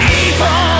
evil